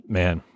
man